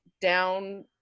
down